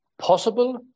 possible